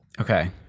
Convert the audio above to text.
Okay